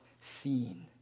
seen